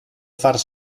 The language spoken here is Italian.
far